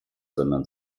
sondern